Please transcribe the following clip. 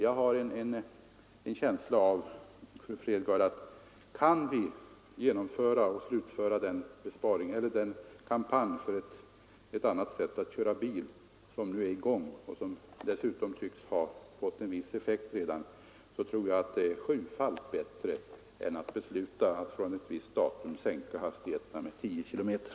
Om vi kan genomföra den kampanj för ett annat sätt att köra bil vilken nu pågår och som redan tycks ha fått en viss effekt, tror jag att resultatet blir sjufaldigt bättre än om man från ett visst datum skulle sänka hastigheterna med 10 km/tim.